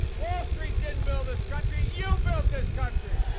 wall street didn't build this country. you built this country!